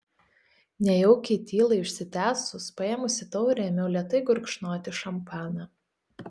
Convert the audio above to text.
nejaukiai tylai užsitęsus paėmusi taurę ėmiau lėtai gurkšnoti šampaną